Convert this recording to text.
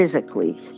physically